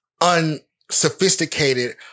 unsophisticated